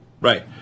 Right